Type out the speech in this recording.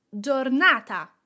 giornata